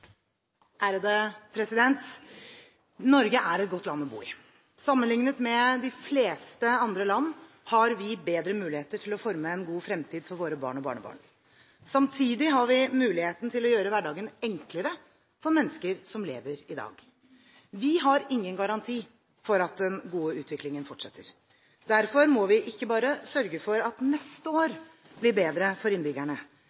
reglementsmessig måte. Norge er et godt land å bo i. Sammenlignet med de fleste andre land har vi bedre muligheter til å forme en god fremtid for våre barn og barnebarn. Samtidig har vi muligheten til å gjøre hverdagen enklere for mennesker som lever i dag. Vi har ingen garanti for at den gode utviklingen fortsetter. Derfor må vi ikke bare sørge for at neste